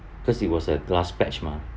cause it was a grass patch mah